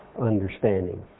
understanding